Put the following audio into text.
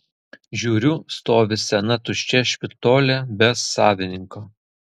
žiūriu stovi sena tuščia špitolė be savininko